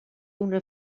una